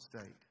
state